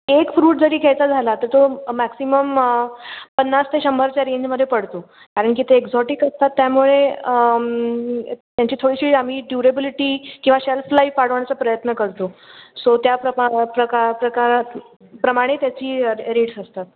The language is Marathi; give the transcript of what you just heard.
एक फ्रूट जरी घ्यायचा झाला तर तो मॅक्सिमम पन्नास ते शंभरच्या रेंजमध्ये पडतो कारण की ते एक्झॉटिक असतात त्यामुळे त्यांची थोडीशी आम्ही ड्युरेबिलिटी किंवा शेल्फलाईफ वाढवण्याचा प्रयत्न करतो सो त्या प्रमा प्रका प्रकारात प्रमाणे त्याची रेट्स असतात